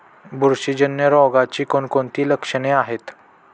बुरशीजन्य रोगाची कोणकोणती लक्षणे आहेत?